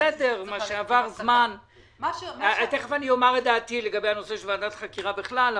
תיכף אומר את דעתי לגבי הנושא של ועדת חקירה בכלל,